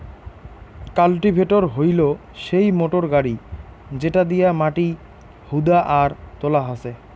cultivator হইলো সেই motor গাড়ি যেটা দিয়া মাটি হুদা আর তোলা হসে